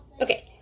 Okay